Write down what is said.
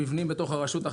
מבנים בתוך הרשות,